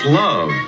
love